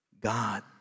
God